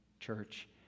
Church